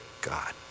God